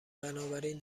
بنابراین